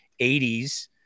80s